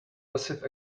passive